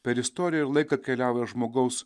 per istoriją ir laiką keliauja žmogaus